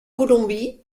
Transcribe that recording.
colombie